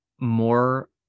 more